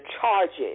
charges